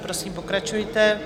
Prosím, pokračujte.